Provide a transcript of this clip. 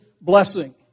blessing